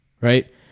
right